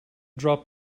drop